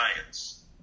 science